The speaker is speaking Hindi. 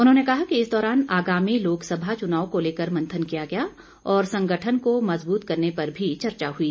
उन्होंने कहा कि इस दौरान आगामी लोकसभा चुनाव को लेकर मंथन किया गया और संगठन को मजबूत करने पर भी चर्चा हुई